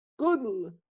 Good